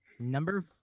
Number